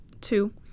two